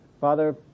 Father